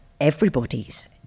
Everybody's